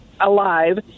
alive